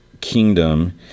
Kingdom